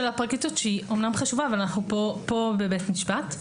הפרקליטות שהיא אמנם חשובה אבל אנחנו פה בבית משפט,